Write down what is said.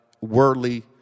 worldly